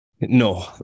No